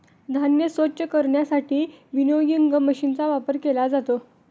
धान्य स्वच्छ करण्यासाठी विनोइंग मशीनचा वापर केला जातो